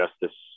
justice